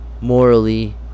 morally